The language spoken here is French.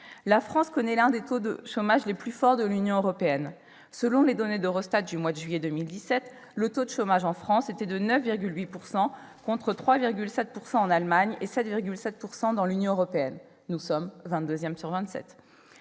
La France connaît l'un des plus forts taux de chômage de l'Union européenne : selon les données d'Eurostat de juillet 2017, le taux de chômage en France est de 9,8 %, contre 3,7 % en Allemagne et 7,7 % dans l'Union européenne. Nous sommes 22 sur 27.